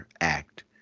act